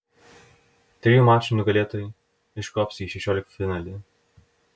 trijų mačų nugalėtojai iškops į šešioliktfinalį